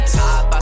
top